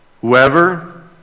Whoever